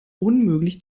unmöglich